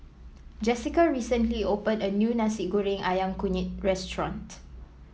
Jessica recently open a new Nasi Goreng ayam kunyit restaurant